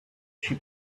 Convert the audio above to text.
she